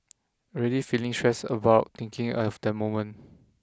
already feeling stressed about thinking of that moment